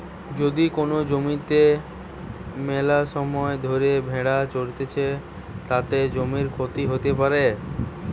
যদি কোন জমিতে মেলাসময় ধরে ভেড়া চরতিছে, তাতে জমির ক্ষতি হতে পারে